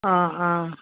অ অ